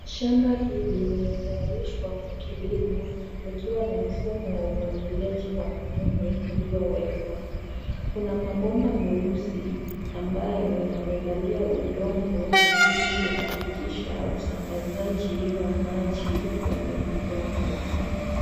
Shamnba hili limetayarishwa kwa kilimo likiwa na mfumo wa umwagiliaji wa matone uliowekwa. Kuna mabomba meusi ambayo yamelalia udongo ili kuhakikisha usambazaji wa maji kwenye udongo.